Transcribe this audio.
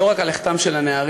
לא רק על לכתם של הנערים,